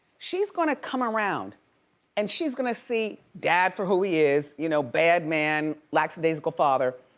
she's gonna come around and she's gonna see dad for who he is, you know, bad man, lackadaisical father.